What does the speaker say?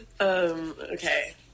okay